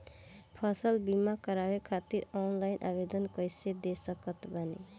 फसल बीमा करवाए खातिर ऑनलाइन आवेदन कइसे दे सकत बानी?